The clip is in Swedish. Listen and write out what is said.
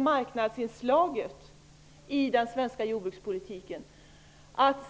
marknadsinslaget i den svenska jordbrukspolitiken skulle ökas.